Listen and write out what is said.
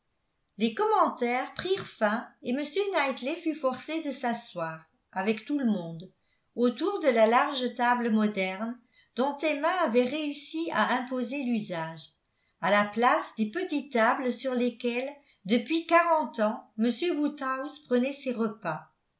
les commentaires prirent fin et m knightley fut forcé de s'asseoir avec tout le monde autour de la large table moderne dont emma avait réussi à imposer l'usage à la place des petites tables sur lesquelles depuis quarante ans m woodhouse prenait ses repas